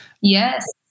Yes